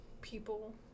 people